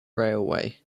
railway